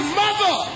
mother